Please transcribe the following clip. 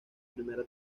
primera